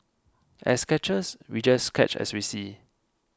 as sketchers we just sketch as we see